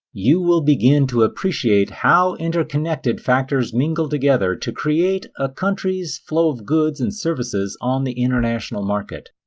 you will begin to appreciate how interconnected factors mingle together to create a country's flow of goods and services on the international market.